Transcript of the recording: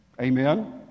Amen